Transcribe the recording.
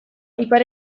ipar